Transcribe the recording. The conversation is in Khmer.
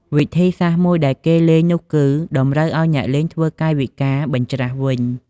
វិធីសាស្ត្រមួយដែលគេអាចលេងនោះគឺ តម្រូវឱ្យអ្នកលេងធ្វើកាយវិការបញ្ច្រាសវិញ។